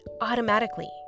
automatically